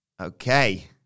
Okay